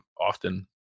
often